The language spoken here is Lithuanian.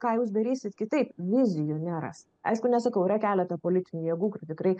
ką jūs darysit kitaip vizijų neras aišku nesakau yra keleta politinių jėgų kur tikrai